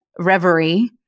reverie